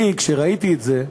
אני, כשראיתי את זה,